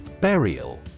Burial